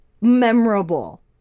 memorable